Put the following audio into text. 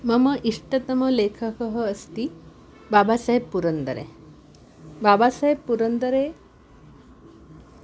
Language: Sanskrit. मम इष्टतमलेखकः अस्ति बाबासाब् पुरन्दरे बाबासाब् पुरन्दरे